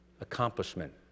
accomplishment